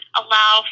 allow